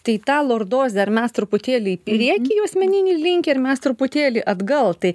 tai tą lordozę ar mes truputėlį į priekį juosmeninį linkį ar mes truputėlį atgal tai